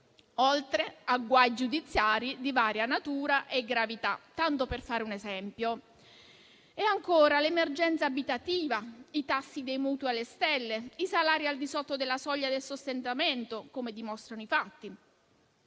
oltre a guai giudiziari di varia natura e gravità, tanto per fare un esempio; e ancora l'emergenza abitativa, i tassi dei mutui alle stelle, i salari al di sotto della soglia del sostentamento, come dimostrano i fatti.